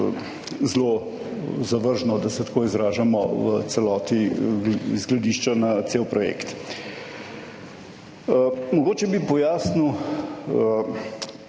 zelo zavržno, da se tako izražamo v celoti z gledišča na cel projekt. Mogoče bi pojasnil